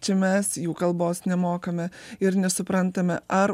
čia mes jų kalbos nemokame ir nesuprantame ar